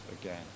again